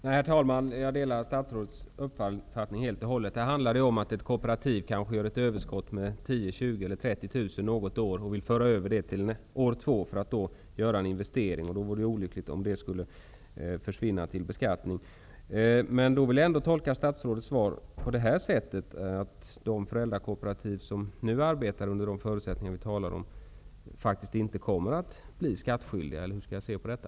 Herr talman! Jag delar statsrådets uppfattning helt och hållet. Här handlar det om att ett kooperativ kanske får ett överskott på 10 000, 20 000 eller 30 000 kronor på ett år och vill föra över denna summa till år två, för att då göra en investering. Då vore det olyckligt om pengarna skulle försvinna till beskattning. Jag vill ändå tolka statsrådets svar på det här sättet: De föräldrakooperativ som nu arbetar under de förutsättningar vi talar om kommer faktiskt inte att bli skattskyldiga, eller hur skall jag se på detta?